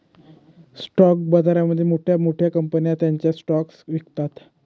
stock बाजारामध्ये मोठ्या मोठ्या कंपन्या त्यांचे स्टॉक्स विकतात